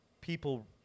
people